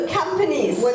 companies